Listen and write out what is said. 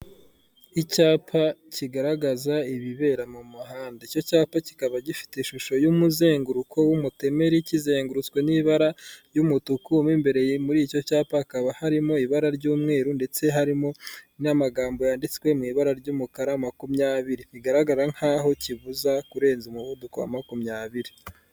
Icyapa kigaragaza ibibera mu muhanda icyo cyapa kikaba gifite ishusho y'umuzenguruko w'umutemeri kizengurutswe n'ibara ry'umutuku mo imbere muri icyo cyapa hakaba harimo ibara ry'umweru ndetse harimo n'amagambo yanditswe mu ibara ry'umukara makumyabiri bigaragara nk'aho kibuza kurenza umuvuduko wa makumyabiri.